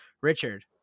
Richard